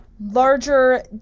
larger